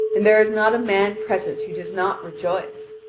and there is not a man present who does not rejoice.